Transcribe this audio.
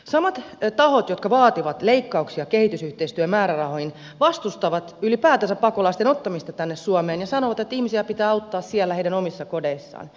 samat tahot jotka vaativat leikkauksia kehitysyhteistyömäärärahoihin vastustavat ylipäätänsä pakolaisten ottamista tänne suomeen ja sanovat että ihmisiä pitää auttaa siellä heidän omissa kodeissaan